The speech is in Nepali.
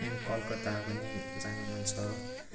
एण्ड कलकत्ता पनि जानु मन छ